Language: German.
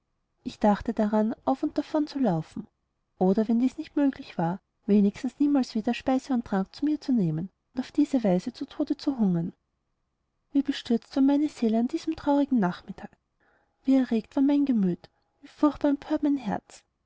ich dachte daran auf und davon zu laufen oder wenn dies nicht möglich wenigstens niemals wieder speise und trank zu mir zu nehmen und auf diese weise zu tode zu hungern wie bestürzt war meine seele an diesem traurigen nachmittag wie erregt war mein gemüt wie furchtbar empört mein herz